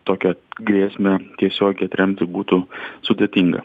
tokią grėsmę tiesiogiai atremti būtų sudėtinga